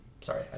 Sorry